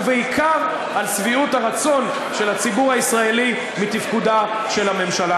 ובעיקר על שביעות הרצון של הציבור הישראלי מתפקודה של הממשלה.